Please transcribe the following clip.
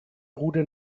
route